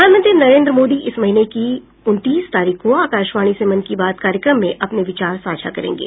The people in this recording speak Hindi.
प्रधानमंत्री नरेन्द्र मोदी इस महीने की उनतीस तारीख को आकाशवाणी से मन की बात कार्यक्रम में अपने विचार साझा करेंगे